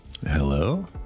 Hello